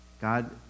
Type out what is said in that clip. God